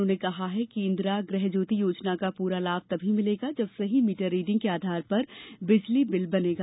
उन्होंने कहा कि इंदिरा गृह ज्योति योजना का पूरा लाभ तभी मिलेगा जब सही मीटर रीडिंग के आधार पर बिजली बिल बनेगा